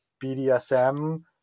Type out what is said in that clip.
BDSM